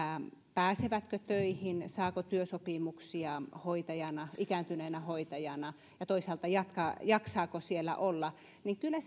pääsevätkö töihin saako työsopimuksia ikääntyneenä hoitajana ja toisaalta jaksaako siellä olla niin kyllä